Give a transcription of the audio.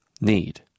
need